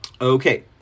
Okay